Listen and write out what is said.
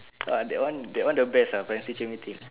ah that one that one the best uh parents teacher meeting